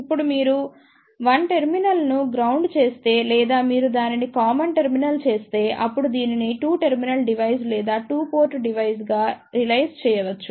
ఇప్పుడు మీరు 1 టెర్మినల్ను గ్రౌండ్ చేస్తే లేదా మీరు దానిని కామన్ టెర్మినల్ చేస్తే అప్పుడు దీనిని 2 టెర్మినల్ డివైస్ లేదా 2 పోర్ట్ డివైస్ గా రియలైజ్ చేయవచ్చు